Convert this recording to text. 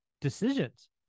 decisions